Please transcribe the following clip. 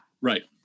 right